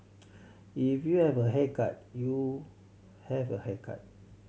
if you have a haircut you have a haircut